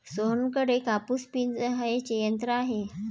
सोहनकडे कापूस पिंजायचे यंत्र आहे